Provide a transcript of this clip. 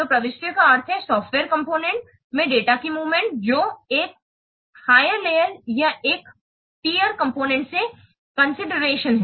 तो प्रविष्टियों का अर्थ है सॉफ्टवेयर कॉम्पोनेन्ट में डेटा की मूवमेंट जो एक उच्च परत या एक पीर कॉम्पोनेन्ट से कन्सिडरातिओं है